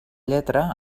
lletra